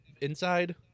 inside